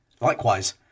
Likewise